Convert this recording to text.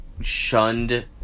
shunned